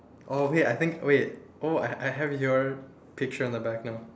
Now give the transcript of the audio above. orh wait I think wait oh I I have your picture on the back now